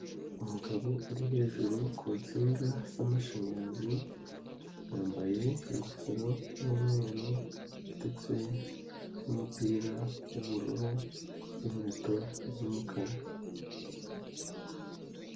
Umugabo uri hejuru ku nsinga z'amashanyarazi yambaye ingofero y'umweru ndetse n'umupira w'ubururu n'inkweto z'umukara.